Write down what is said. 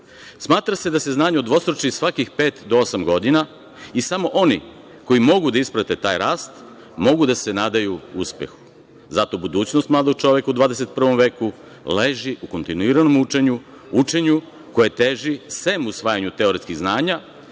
znanja. Smatra se da se znanje udvostruči svakih pet do osam godina i samo oni koji mogu da isprate taj rast mogu da se nadaju uspehu. Zato budućnost mladog čoveka u 21. veku leži u kontinuiranom učenju, učenju koji teži, sem usvajanju teoretskih znanja,